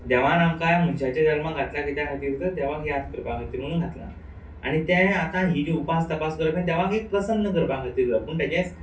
देवान आमकांय मनशाचे जल्माक घातला किद्या खातीर तर देवाक याद करपा खातीर म्हुणून घातलां आनी तें आतां ही जी उपास तपास करप हें देवाक एक प्रसन्न करपा खातीर करप पूण तशेंच